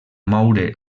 moure